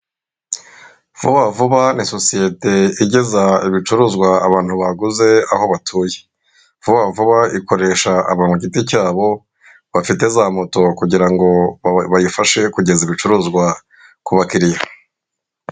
Vuba vuba ni sosiyete igeza ibicuruzwa abantu baguze aho batuye. Vuba vuba ikoresha abantu ku giti cyabo bafite za moto kugira ngo bayifashe kugeza ibicuruzwa ku bakiriya.